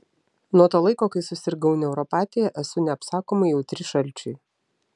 nuo to laiko kai susirgau neuropatija esu neapsakomai jautri šalčiui